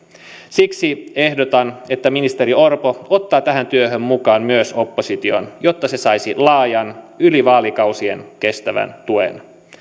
siksi ehdotan että ministeri orpo ottaa tähän työhön mukaan myös opposition jotta se saisi laajan yli vaalikausien kestävän tuen